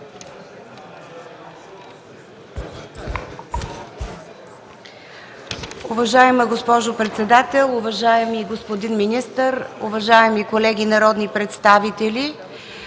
Уважаема госпожо председател, уважаеми господин министър, уважаеми колеги народни представители!